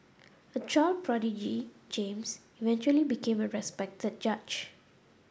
a child prodigy James eventually became a respected judge